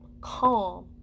calm